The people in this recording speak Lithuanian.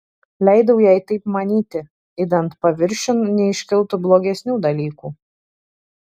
leidau jai taip manyti idant paviršiun neiškiltų blogesnių dalykų